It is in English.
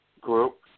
Group